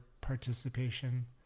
participation